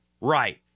Right